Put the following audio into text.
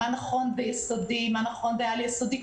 מה נכון ביסודי ומה נכון בעל-יסודי.